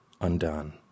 undone